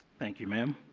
thank you. ma'am.